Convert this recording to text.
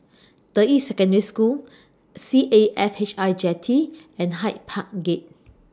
Deyi Secondary School C A F H I Jetty and Hyde Park Gate